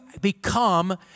become